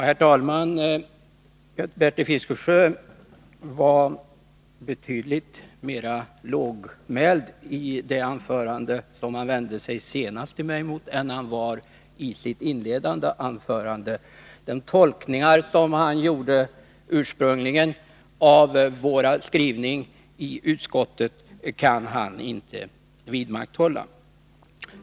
Herr talman! Bertil Fiskesjö var betydligt mer lågmäld i det anförande i vilket han senast vände sig mot mig än han var i sitt inledande anförande. De tolkningar som han ursprungligen gjorde av vår skrivning i utskottsbetänkandet kan han inte vidhålla.